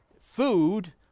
food